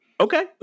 okay